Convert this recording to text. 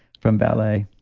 from ballet.